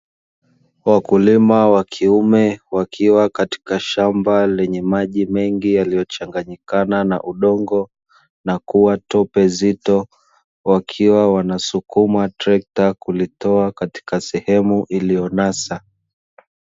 Wakulima wa kiume wakiwa katika shamba lenye maji mengi yaliyo changanyikana na udongo na kuwa tope zito, wakiwa wanasukuma trekta kulitoa katika sehemu iliyonasa.